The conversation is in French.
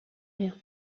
rien